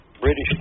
British